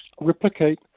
replicate